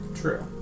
True